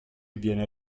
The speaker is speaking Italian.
viene